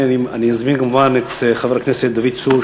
אני אזמין כמובן את חבר הכנסת דוד צור,